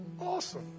awesome